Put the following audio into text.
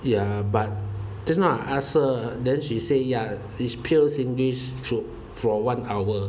ya but just now I ask her then she say ya is pure singlish for one hour